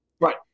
Right